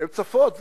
הן צופות,